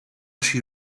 she